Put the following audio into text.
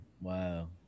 wow